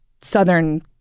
southern